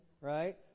right